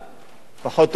פחות אוהב את הצילומים,